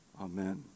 Amen